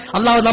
Allah